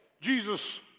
Jesus